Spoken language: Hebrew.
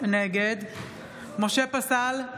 נגד משה פסל,